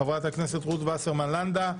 חברת הכנסת רות וסרמן לנדה,